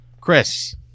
Chris